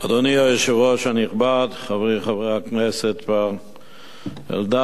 אדוני היושב-ראש הנכבד, חברי חבר הכנסת אלדד,